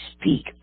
speak